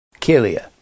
Kilia